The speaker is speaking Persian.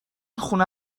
خونه